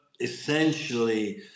essentially